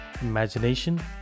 imagination